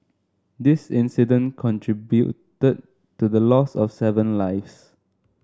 this incident contributed to the loss of seven lives